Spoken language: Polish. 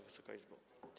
Wysoka Izbo!